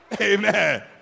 Amen